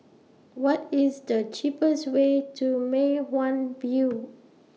What IS The cheapest Way to Mei Hwan View